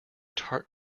tart